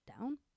down